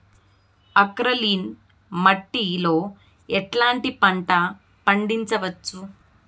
Alkaline మట్టి లో ఎట్లాంటి పంట పండించవచ్చు,?